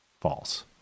false